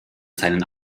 seinen